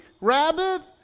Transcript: rabbit